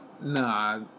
Nah